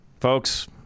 folks